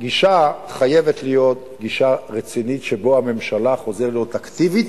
הגישה חייבת להיות גישה רצינית שבה הממשלה חוזרת להיות אקטיבית,